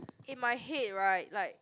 in my head right like